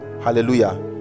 Hallelujah